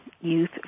youth